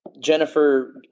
Jennifer